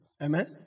Amen